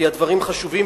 כי הדברים חשובים,